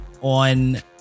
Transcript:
on